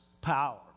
power